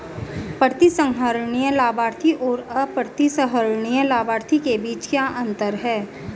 प्रतिसंहरणीय लाभार्थी और अप्रतिसंहरणीय लाभार्थी के बीच क्या अंतर है?